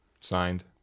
Signed